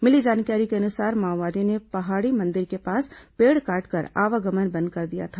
मिली जानकारी के अनुसार माओवादियों ने पहाड़ी मंदिर के पास पेड़ काटकर आवागमन बंद कर दिया था